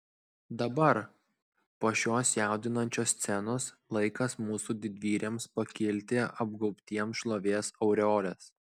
dabar po šios jaudinančios scenos laikas mūsų didvyriams pakilti apgaubtiems šlovės aureolės